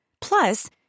Plus